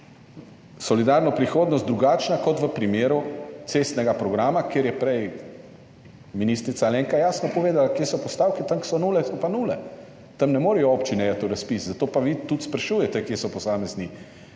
solidarno prihodnost, drugačna kot v primeru cestnega programa, kjer je prej ministrica Alenka jasno povedala, kje so postavke, tam, kjer so nule, so pa nule. Tam ne morejo občine iti v razpis. Zato pa vi tudi sprašujete, kje so posamezni projekti.